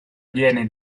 viene